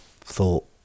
thought